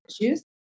issues